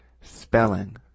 Spelling